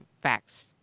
facts